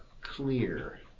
Clear